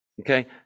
Okay